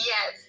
Yes